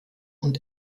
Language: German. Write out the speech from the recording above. und